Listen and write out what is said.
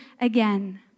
again